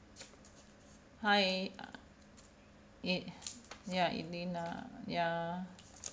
hi e~ ya elaine ah ya